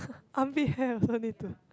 armpit hair also need to